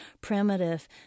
Primitive